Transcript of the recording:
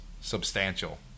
substantial